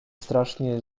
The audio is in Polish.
strasznie